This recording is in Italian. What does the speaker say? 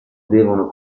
devono